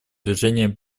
движения